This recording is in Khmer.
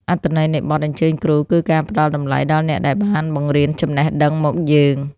អត្ថន័យនៃបទអញ្ជើញគ្រូ គឺការផ្ដល់តម្លៃដល់អ្នកដែលបានបង្រៀនចំណេះដឹងមកយើង។